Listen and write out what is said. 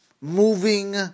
moving